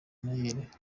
minaert